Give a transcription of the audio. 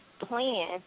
plan